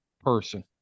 person